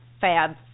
fab